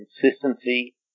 consistency